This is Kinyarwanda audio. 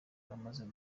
bamaze